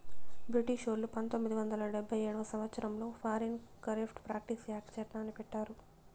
బ్రిటిషోల్లు పంతొమ్మిది వందల డెబ్భై ఏడవ సంవచ్చరంలో ఫారిన్ కరేప్ట్ ప్రాక్టీస్ యాక్ట్ చట్టాన్ని పెట్టారు